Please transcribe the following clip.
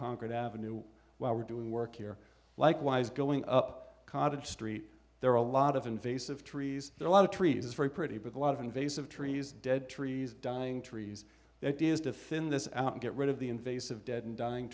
concrete avenue while we're doing work here likewise going up cottage street there are a lot of invasive trees there a lot of trees very pretty but a lot of invasive trees dead trees dying trees that is to fin this out and get rid of the invasive dead and dying